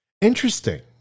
Interesting